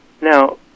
Now